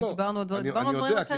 דיברנו על דברים אחרים.